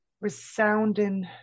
resounding